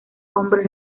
hombre